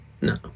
No